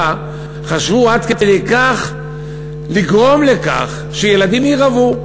חשבו עד כדי כך לגרום לכך שילדים ירעבו.